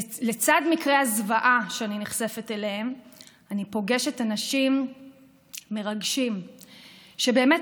לצד מקרי הזוועה שאני נחשפת אליהם אני פוגשת אנשים מרגשים שבאמת